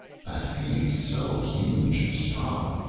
that being so huge and strong,